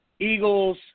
Eagles